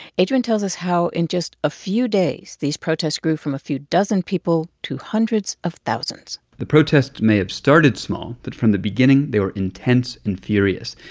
adrian tells us how in just a few days these protests grew from a few dozen people to hundreds of thousands the protests may have started small, but from the beginning, they were intense and furious.